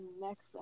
next